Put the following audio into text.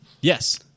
Yes